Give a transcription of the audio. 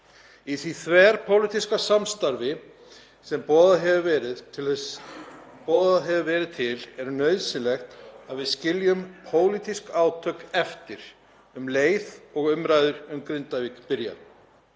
Í því þverpólitíska samstarfi sem boðað hefur verið til er nauðsynlegt að við skiljum pólitísk átök eftir um leið og umræður um Grindavík byrja.